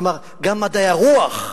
כלומר גם מדעי הרוח,